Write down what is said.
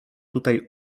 tutaj